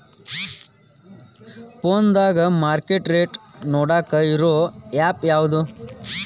ಫೋನದಾಗ market rate ನೋಡಾಕ್ ಇರು ಆ್ಯಪ್ ಯಾವದು?